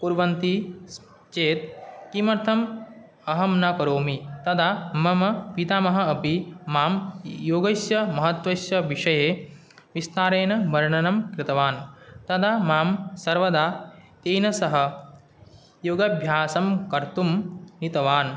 कुर्वन्ति चेत् किमर्थम् अहं न करोमि तदा मम पितामहः अपि मां योगस्य महत्त्वस्य विषये विस्तारेण वर्णनं कृतवान् तदा मां सर्वदा तेन सह योगाभ्यासं कर्तुं नीतवान्